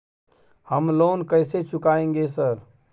हम लोन कैसे चुकाएंगे सर?